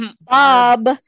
Bob